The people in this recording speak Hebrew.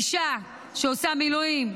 אישה שעושה מילואים,